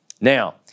Now